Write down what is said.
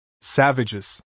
savages